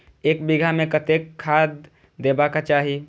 एक बिघा में कतेक खाघ देबाक चाही?